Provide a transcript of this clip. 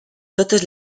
totes